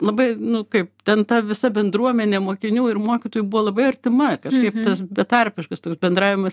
labai nu kaip ten ta visa bendruomenė mokinių ir mokytojų buvo labai artima kažkaip tas betarpiškas toks bendravimas